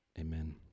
amen